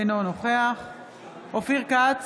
אינו נוכח אופיר כץ,